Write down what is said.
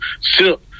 Sip